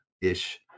ish